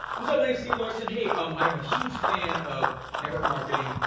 what's up, my name's steve larsen, hey, um i'm a huge fan of network marketing,